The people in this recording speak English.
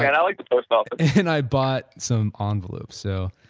and i like the post office and i bought some ah envelopes. so,